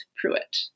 Pruitt